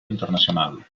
internacional